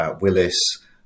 Willis